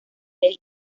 ley